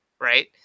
right